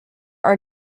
are